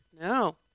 No